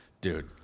Dude